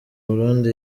burundi